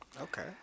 Okay